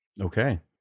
Okay